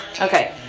Okay